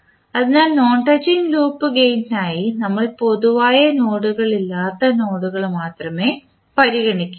അതിനാൽ non touching loop ഗേയിനിനായി നമ്മൾ പൊതുവായ നോഡുകളില്ലാത്ത നോഡുകൾ മാത്രമേ പരിഗണിക്കുകയുള്ളൂ